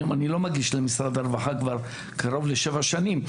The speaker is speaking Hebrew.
היום אני לא מגיש למשרד הרווחה כבר קרוב לשבע שנים,